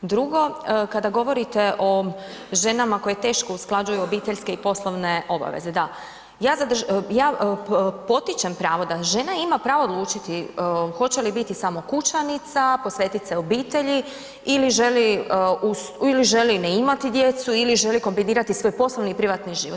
Drugo kada govorite o ženama koje teško usklađuju obiteljske i poslovne obaveze, da, ja potičem pravo da žena ima pravo odlučiti hoće li biti samo kućanica, posvetiti se obitelji ili želi ne imati djecu ili želi kombinirati svoj poslovni i privatni život.